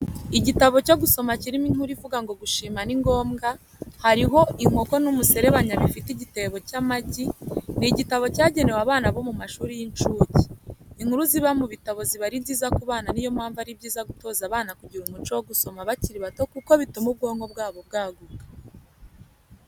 Igitabo cyo gusoma kirimo inkuru ivuga ngo Gushima ni ngombwa , hariho inkoko n'umuserebanya bifite igitebo cy'amagi, ni igitabo cyagenewe abana bomu mashuri y'insuke. Inkuru ziba mu bitabo ziba ari nziza ku bana niyo mpamvu ari byiza gutoza abana kugira umuco wo gusoma bakiri bato kuko bituma ubwonko bwabo bwaguka